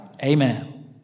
Amen